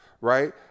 Right